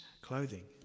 clothing